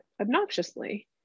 obnoxiously